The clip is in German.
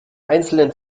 einzelnen